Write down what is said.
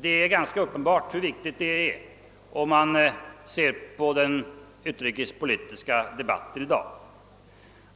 Det blir uppenbart hur viktigt detta är om man ser på den utrikespolitiska debatten i dag.